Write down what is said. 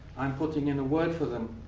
i'm putting in a word for them.